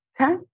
okay